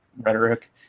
rhetoric